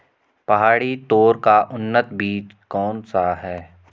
पहाड़ी तोर का उन्नत बीज कौन सा है?